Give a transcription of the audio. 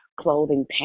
clothing